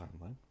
timeline